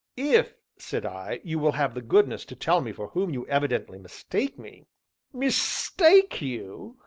if, said i, you will have the goodness to tell me for whom you evidently mistake me mistake you!